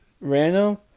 Random